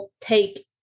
take